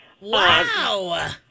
Wow